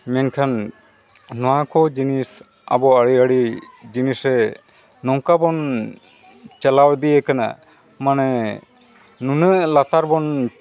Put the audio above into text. ᱢᱮᱱᱠᱷᱟᱱ ᱱᱚᱣᱟ ᱠᱚ ᱡᱤᱱᱤᱥ ᱟᱵᱚ ᱟᱹᱰᱤ ᱟᱹᱰᱤ ᱡᱤᱱᱤᱥᱥᱮ ᱱᱚᱝᱠᱟ ᱵᱚᱱ ᱪᱟᱞᱟᱣ ᱤᱫᱤᱭ ᱟᱠᱟᱱᱟ ᱢᱟᱱᱮ ᱱᱩᱱᱟᱹᱜ ᱞᱟᱛᱟᱨ ᱵᱚᱱ